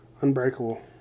Unbreakable